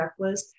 checklist